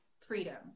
freedom